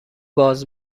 باز